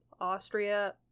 Austria